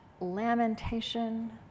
lamentation